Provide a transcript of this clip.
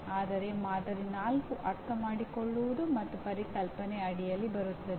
ಆದರೆ ಮಾದರಿ 4 ಅರ್ಥಮಾಡಿಕೊಳ್ಳುವುದು ಮತ್ತು ಪರಿಕಲ್ಪನೆ ಅಡಿಯಲ್ಲಿ ಬರುತ್ತದೆ